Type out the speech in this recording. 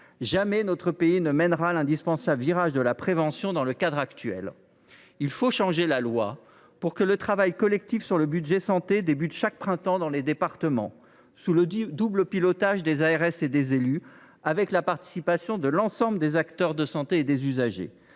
Jamais notre pays ne mènera l’indispensable virage de la prévention dans le cadre actuel. Il faut changer la loi, pour que le travail collectif sur le budget de la santé commence chaque printemps dans les départements, sous le double pilotage des agences régionales de santé et des élus, avec la participation de l’ensemble des acteurs de santé et des usagers.